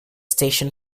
station